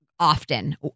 Often